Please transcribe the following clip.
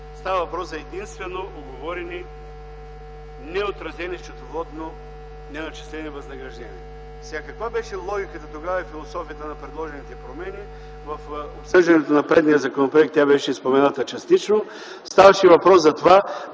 Става въпрос единствено за уговорени, неотразени счетоводно, неначислени възнаграждения. Каква беше логиката и философията на предложените промени тогава? В обсъждането на предния законопроект тя беше спомената частично. Ставаше въпрос да има